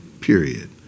period